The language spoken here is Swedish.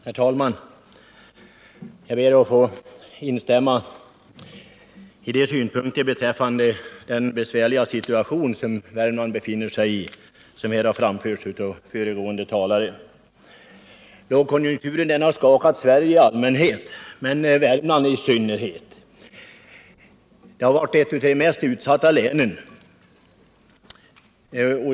Herr talman! Jag ber att få instämma i de synpunkter beträffande den besvärliga situationen som Värmland befinner sig i som här framförts av föregående talare. Lågkonjunkturen har skakat Sverige i allmänhet, men Värmland i synnerhet. Värmland har varit ett av de mest utsatta länen.